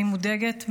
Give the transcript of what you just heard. אני מודאגת,